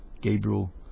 Gabriel